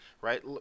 right